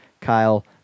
Kyle